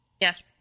Yes